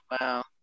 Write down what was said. wow